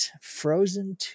Frozen